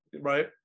right